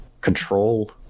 control